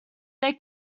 they